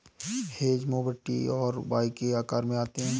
hedge mower T और Y के आकार में आते हैं